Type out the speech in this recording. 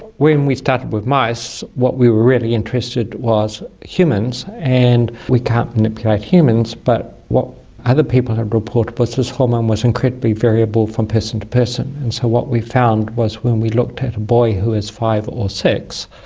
when we started with mice what we were really interested in was humans, and we can't manipulate humans but what other people have reported was this hormone was incredibly variable from person to person, and so what we found was when we looked at a boy who was five or six,